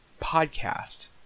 podcast